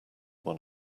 one